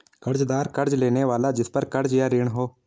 कर्ज़दार कर्ज़ लेने वाला जिसपर कर्ज़ या ऋण हो